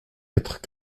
être